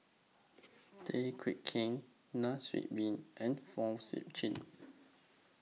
Tay Teow Kiat Nai Swee Leng and Fong Sip Chee